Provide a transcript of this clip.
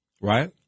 right